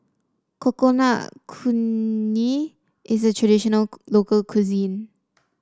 Coconut Kuih is a traditional local cuisine